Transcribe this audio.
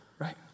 Right